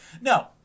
No